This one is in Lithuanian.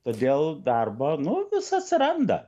todėl darbo nu vis atsiranda